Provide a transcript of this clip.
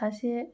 सासे